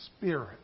Spirit